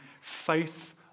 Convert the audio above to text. faith